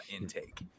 intake